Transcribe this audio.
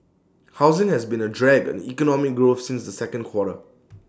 housing has been A drag on economic growth since the second quarter